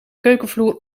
keukenvloer